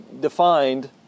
defined